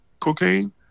Cocaine